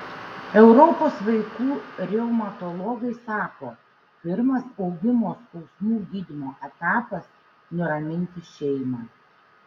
europos vaikų reumatologai sako pirmas augimo skausmų gydymo etapas nuraminti šeimą